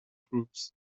groups